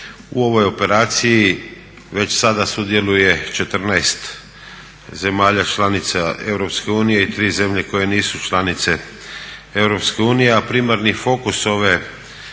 U ovoj operaciji već sada sudjeluje 14 zemalja članica Europske unije i 3 zemlje koje nisu članice Europske unije, a primarni fokus ove